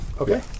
Okay